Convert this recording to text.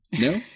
No